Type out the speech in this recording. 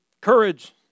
courage